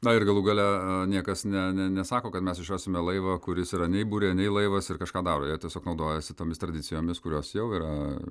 na ir galų gale niekas ne ne nesako kad mes išrasime laivą kuris yra nei burė nei laivas ir kažką daro jie tiesiog naudojasi tomis tradicijomis kurios jau yra